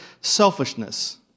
selfishness